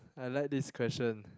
I like this question